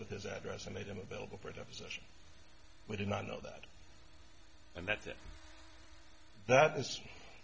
with his address and made them available for a deposition we did not know that and that